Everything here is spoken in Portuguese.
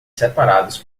separados